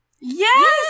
Yes